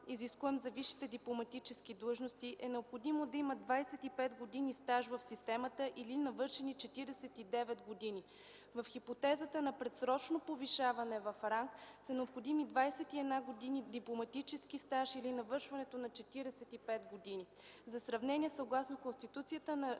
за висшите дипломатически длъжности, е необходимо да има 25 години стаж в системата, или навършени 49 години. В хипотезата на предсрочно повишаване в ранг са необходими 21 години дипломатически стаж или навършването на 45 години. За сравнение, съгласно Конституцията на